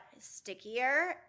stickier